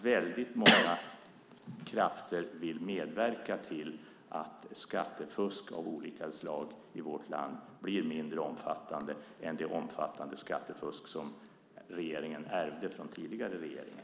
Väldigt många krafter vill medverka till att skattefusk av olika slag i vårt land blir mindre till sin omfattning än det skattefusk som denna regering ärvde från den tidigare regeringen.